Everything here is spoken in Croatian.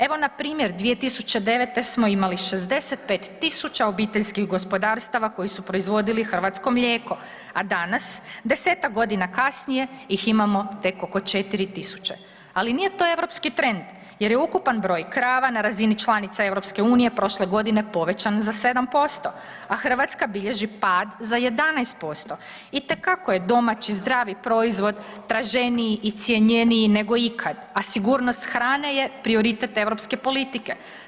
Evo npr. 2009. smo imali 65.000 obiteljskih gospodarstava koji su proizvodili hrvatsko mlijeko, a danas desetak godina kasnije ih imamo tek oko 4.000. ali nije to europski trend jer je ukupan broj krava na razini članica EU prošle godine povećan za 7%, a Hrvatska bilježi pad za 11% itekako je domaći zdravi proizvod traženiji i cjenjeniji nego ikad, a sigurnost hrane je prioritet europske politike.